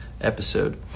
episode